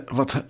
wat